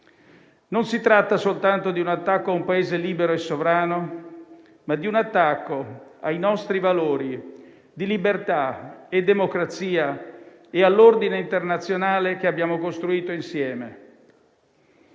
Non si tratta soltanto di un attacco a un Paese libero e sovrano, ma di un attacco ai nostri valori di libertà e democrazia e all'ordine internazionale che abbiamo costruito insieme.